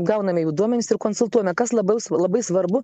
gauname jų duomenis ir konsultuojame kas labiau labai svarbu